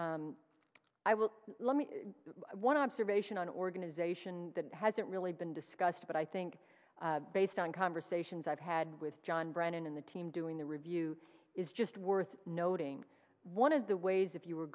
it i will let me one observation on organization that hasn't really been discussed but i think based on conversations i've had with john brennan the team doing the review is just worth noting one of the ways if you were